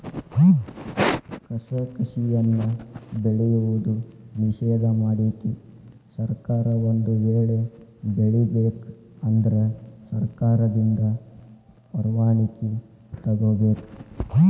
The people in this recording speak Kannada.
ಕಸಕಸಿಯನ್ನಾ ಬೆಳೆಯುವುದು ನಿಷೇಧ ಮಾಡೆತಿ ಸರ್ಕಾರ ಒಂದ ವೇಳೆ ಬೆಳಿಬೇಕ ಅಂದ್ರ ಸರ್ಕಾರದಿಂದ ಪರ್ವಾಣಿಕಿ ತೊಗೊಬೇಕ